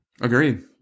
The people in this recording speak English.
Agreed